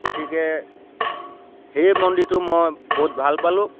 গতিকে সেই মন্দিৰটো মই বহুত ভাল পালোঁ